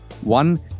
one